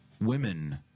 women